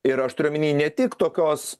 ir aš turiu omeny ne tik tokios